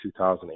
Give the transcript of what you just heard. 2008